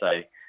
say